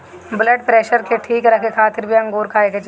blood pressure के ठीक रखे खातिर भी अंगूर खाए के चाही